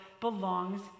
belongs